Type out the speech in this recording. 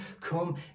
come